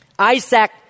Isaac